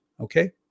okay